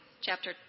chapter